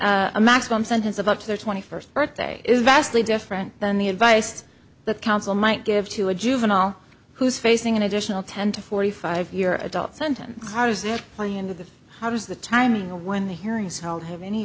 a maximum sentence of up to their twenty first birthday is vastly different than the advice that counsel might give to a juvenile who's facing an additional ten to forty five year adult sentence how does it play into the how does the timing of when the hearings held have any